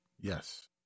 Yes